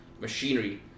machinery